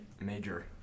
major